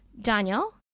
Daniel